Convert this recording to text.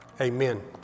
Amen